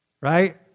right